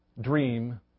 dream